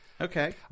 Okay